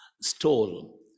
stole